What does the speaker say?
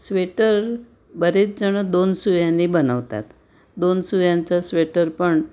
sweater बरेच जणं दोन सुयांनी बनवतात दोन सुयांचा स्वेटर पण